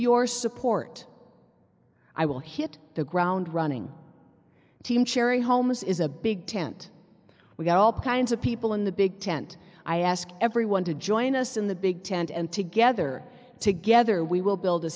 your support i will hit the ground running team cherryholmes is a big tent we got all kinds of people in the big tent i ask everyone to join us in the big tent and together together we will build a